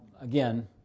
again